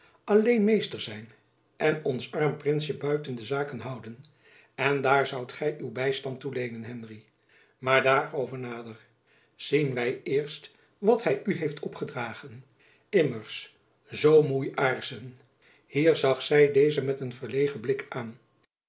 alleen meester zijn en ons arm prinsjen buiten de zaken houden en daar zoudt gy uw bystand toe leenen henry maar daarover nader zien wy eerst wat hy u heeft opgedragen immers zoo moei aarssen hier zag zy deze met een verlegen blik aan